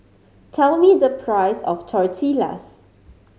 tell me the price of Tortillas